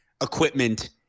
equipment